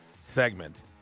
segment